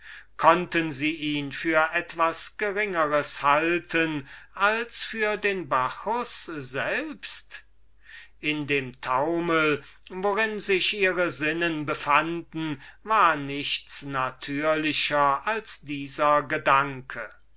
konnten sie ihn für etwas geringers halten als für den bacchus selbst in dem taumel worin sich ihre sinnen befanden war nichts natürlichers als dieser gedanke